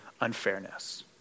unfairness